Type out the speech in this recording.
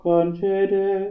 Concede